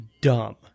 dumb